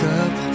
up